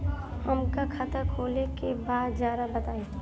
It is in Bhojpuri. हमका खाता खोले के बा जरा बताई?